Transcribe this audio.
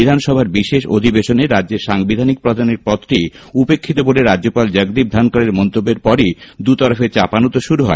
বিধানসভার বিশেষ অধিবেশনে রাজ্যের সাংবিধানিক প্রধানের পদটি উপেক্ষিত বলে রাজ্যপাল জগদীপ ধনখড়ের মন্তব্যের পরই দুতরফে চাপান উতোর শুরু হয়